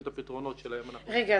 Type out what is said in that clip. את הפתרונות שלהם אנחנו -- רגע,